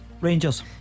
Rangers